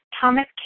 Thomas